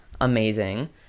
amazing